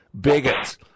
Bigots